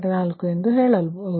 4 ಎಂದು ಹೇಳಲಾಗುತ್ತದೆ